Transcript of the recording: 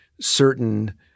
certain